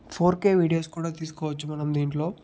ఫోర్కే videos కూడా తీసుకోవచ్చు మనం దీంట్లో